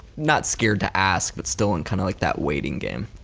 not scared to ask but still in kind of like that waiting game?